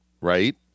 Right